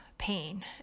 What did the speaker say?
Pain